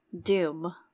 doom